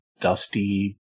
dusty